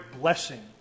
blessing